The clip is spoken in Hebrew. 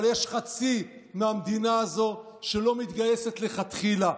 אבל יש חצי מהמדינה הזו שלא מתגייסת לכתחילה.